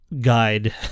guide